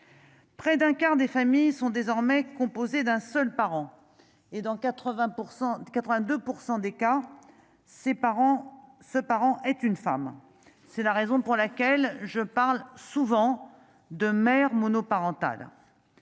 Près d'un quart des familles sont désormais composé d'un seul parent et dans 80 % 82 % des cas ses parents se parent est une femme, c'est la raison pour laquelle je parle souvent de mère monoparentale,